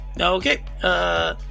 Okay